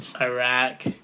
Iraq